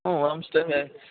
ಹ್ಞೂ ಹೋಮ್ಸ್ಟೇಗೆ